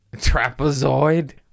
Trapezoid